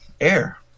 Air